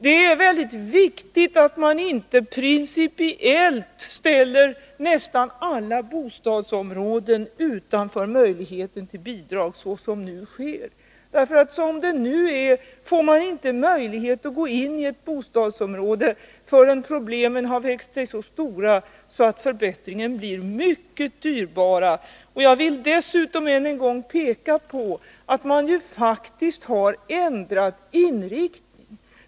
Det är viktigt att man inte principiellt ställer nästan alla bostadsområden utanför möjligheten till bidrag, såsom nu sker. Som det nu är har man inte möjlighet att gå in i ett bostadsområde förrän problemen har vuxit sig så stora att förbättringar blir mycket dyrbara. Jag vill dessutom än en gång peka på att man faktiskt har ändrat inriktning.